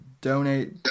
donate